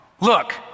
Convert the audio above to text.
Look